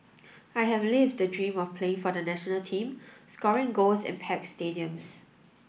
I have lived the dream of playing for the national team scoring goals in packed stadiums